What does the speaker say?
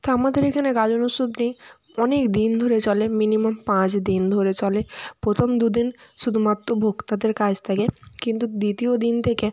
তা আমাদের এখানে গাজন উৎসবটি অনেকদিন ধরে চলে মিনিমাম পাঁচদিন ধরে চলে প্রথম দুদিন শুধুমাত্র ভোক্তাদের কাজ থাকে কিন্তু দ্বিতীয় দিন থেকে